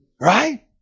Right